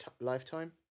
lifetime